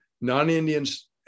non-Indians